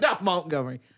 Montgomery